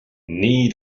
nii